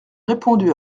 répondu